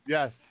Yes